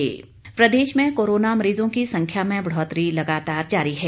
corona प्रदेश में corona मरीजों की संख्या में बढ़ोतरी लगातार जारी है